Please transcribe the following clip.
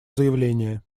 заявление